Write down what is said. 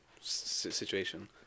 situation